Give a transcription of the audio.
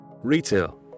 retail